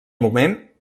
moment